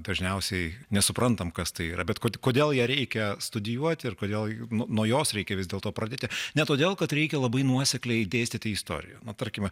dažniausiai nesuprantam kas tai yra bet kodėl ją reikia studijuoti ir kodėl nuo jos reikia vis dėlto pradėti ne todėl kad reikia labai nuosekliai dėstyti istoriją nu tarkime